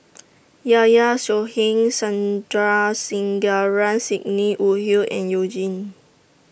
Yahya Cohen Sandrasegaran Sidney Woodhull and YOU Jin